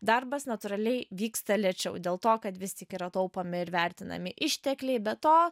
darbas natūraliai vyksta lėčiau dėl to kad vis tik yra taupomi ir vertinami ištekliai be to